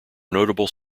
notable